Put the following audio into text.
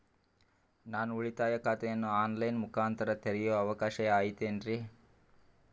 ನಾನು ಉಳಿತಾಯ ಖಾತೆಯನ್ನು ಆನ್ ಲೈನ್ ಮುಖಾಂತರ ತೆರಿಯೋ ಅವಕಾಶ ಐತೇನ್ರಿ?